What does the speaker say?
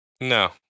No